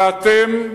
ואתם,